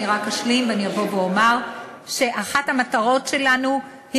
אני רק אשלים ואומר שאחת המטרות שלנו היא